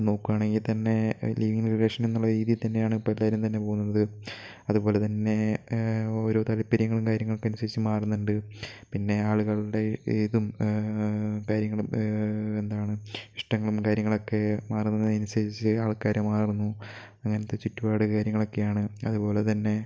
ഇപ്പോൾ നോക്കുവാണെങ്കിൽ തന്നെ ലിവ് ഇൻ റിലേഷനെന്നുള്ള രീതിയിൽ തന്നെയാണ് ഇപ്പോൾ എല്ലാവരും തന്നെ പോകുന്നത് അത്പോലെ തന്നെ ഓരോ താൽപര്യങ്ങളും കാര്യങ്ങൾക്കും അനുസരിച്ച് മാറുന്നുണ്ട് പിന്നെ ആളുകൾടെ ഇതും കാര്യങ്ങളും എന്താണ് ഇഷ്ടങ്ങളും കാര്യങ്ങളൊക്കെ മാറുന്നതനുസരിച്ച് ആൾക്കാര് മാറുന്നു അങ്ങനത്തെ ചുറ്റുപാട് കാര്യങ്ങളൊക്കെയാണ് അത്പോലെ തന്നെ